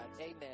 amen